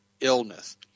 illness